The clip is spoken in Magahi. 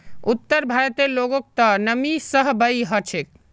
उत्तर भारतेर लोगक त नमी सहबइ ह छेक